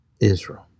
Israel